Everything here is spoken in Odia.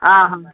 ହଁ ହଁ